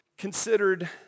considered